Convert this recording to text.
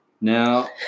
Now